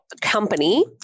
Company